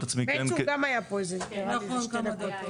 בן צור גם היה פה, נראה לי, איזה שתי דקות.